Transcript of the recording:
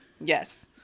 Yes